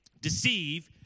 deceive